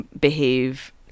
behave